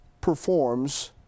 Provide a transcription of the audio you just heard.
performs